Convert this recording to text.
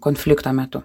konflikto metu